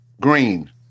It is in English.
Green